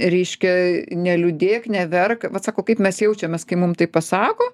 reiškia neliūdėk neverk vat sakau kaip mes jaučiamės kai mum tai pasako